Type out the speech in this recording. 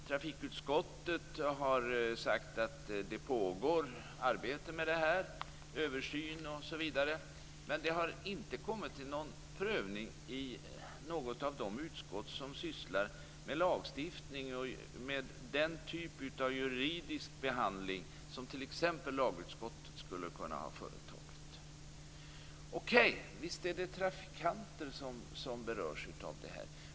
Trafikutskottet har sagt att det pågår ett arbete och en översyn, men det har inte kommit till prövning i något av de utskott som sysslar med lagstiftning och med den typ av juridisk behandling som t.ex. lagutskottet skulle kunna ha företagit. Okej, visst är det trafikanter som berörs av detta.